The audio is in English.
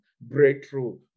breakthrough